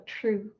true